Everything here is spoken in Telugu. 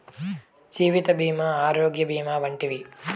జీవిత భీమా ఆరోగ్య భీమా వంటివి